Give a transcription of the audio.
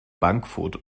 bankfurt